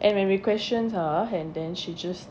and when we questioned her and then she just